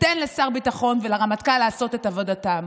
ותן לשר הביטחון ולרמטכ"ל לעשות את עבודתם.